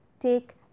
take